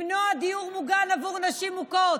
למנוע דיור מוגן עבור נשים מוכות.